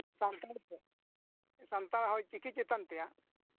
ᱥᱟᱱᱛᱟᱲᱤᱛᱮ ᱦᱳᱭ ᱥᱟᱱᱛᱟᱲ ᱚᱞᱪᱤᱠᱤ ᱪᱮᱛᱟᱱ ᱛᱮᱭᱟᱜ